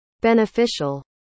beneficial